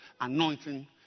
anointing